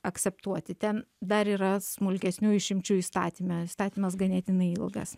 akseptuoti ten dar yra smulkesnių išimčių įstatyme įstatymas ganėtinai ilgas